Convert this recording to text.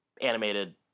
animated